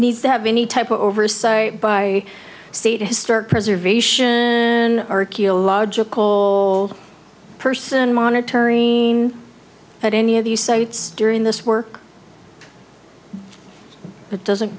needs to have any type of oversight by state historic preservation and archaeological person monetary gain at any of these sites during this work but doesn't